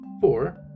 Four